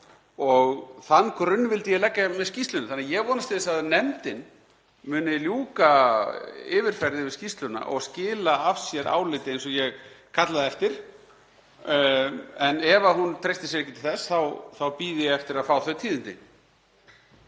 og þann grunn vildi ég leggja með skýrslunni. Ég vonast til þess að nefndin muni ljúka yfirferð yfir skýrsluna og skila af sér áliti eins og ég kallaði eftir en ef hún treystir sér ekki til þess þá bíð ég eftir að fá þau tíðindi.